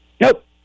Nope